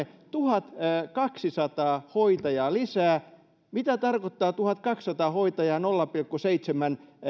tuhatkaksisataa hoitajaa lisää mitä tarkoittaa tuhatkaksisataa hoitajaa nolla pilkku seitsemän